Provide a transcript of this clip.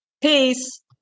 peace